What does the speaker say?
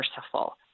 merciful